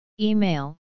Email